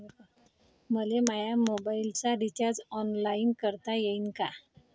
मले माया मोबाईलचा रिचार्ज ऑनलाईन करता येईन का?